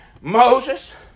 Moses